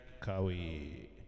Kawi